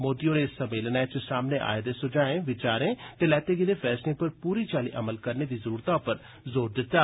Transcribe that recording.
मोदी होरें इस सम्मेलनै च सामने आए दे सुझाएं विचारें ते लैते गेदे फैसलें पर पूरी चाल्ली अमल करने दी जरूरतै पर बी जोर दित्ता